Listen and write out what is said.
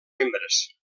membres